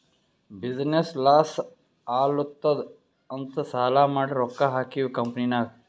business loss ಆಲಾತ್ತುದ್ ಅಂತ್ ಸಾಲಾ ಮಾಡಿ ರೊಕ್ಕಾ ಹಾಕಿವ್ ಕಂಪನಿನಾಗ್